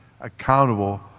accountable